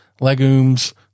legumes